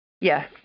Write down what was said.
Yes